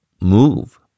move